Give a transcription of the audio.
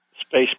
space